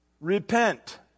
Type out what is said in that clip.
Repent